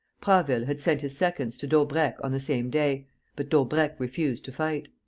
prasville had sent his seconds to daubrecq on the same day but daubrecq refused to fight.